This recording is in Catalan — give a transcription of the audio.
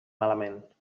malament